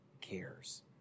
cares